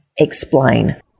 Explain